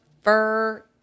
fur